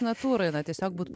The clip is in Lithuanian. natūroj na tiesiog būt